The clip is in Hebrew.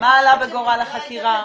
מה עלה בגורל החקירה?